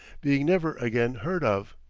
being never again heard of.